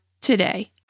today